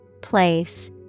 place